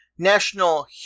National